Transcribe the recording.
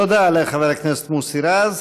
תודה לחבר הכנסת מוסי רז.